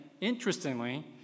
interestingly